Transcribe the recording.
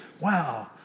Wow